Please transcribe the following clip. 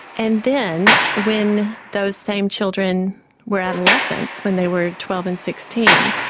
and then when those same children were adolescents, when they were twelve and sixteen,